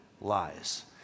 lies